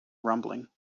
rumbling